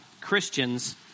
Christians